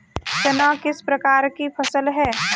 चना किस प्रकार की फसल है?